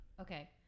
okay